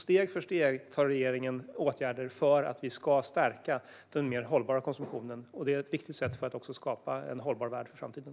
Steg för steg vidtar regeringen åtgärder för att stärka den mer hållbara konsumtionen. De är viktiga för att skapa en hållbar värld i framtiden.